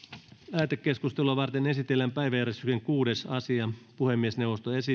lähetekeskustelua varten esitellään päiväjärjestyksen kuudes asia puhemiesneuvosto